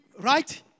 Right